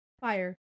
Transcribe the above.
fire